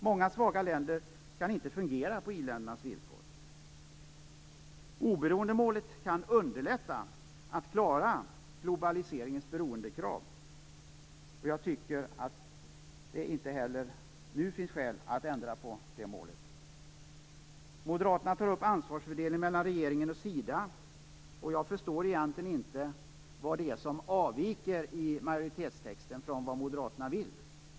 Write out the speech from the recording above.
Många svaga länder kan inte fungera på i-ländernas villkor. Oberoendemålet kan göra det lättare att klara globaliseringens beroendekrav. Jag tycker att det inte heller nu finns skäl att ändra på det målet. Moderaterna tar upp frågan om ansvarsfördelningen mellan regeringen och Sida. Egentligen förstår jag inte vad det är i majoritetstexten som avviker från det som Moderaterna vill.